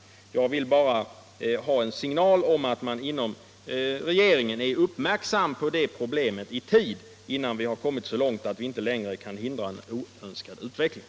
Jag vill bara ha en signal om att man inom regeringen är uppmärksam på de problemen i tid, innan de har kommit så långt att vi inte längre kan hindra en oönskad utveckling.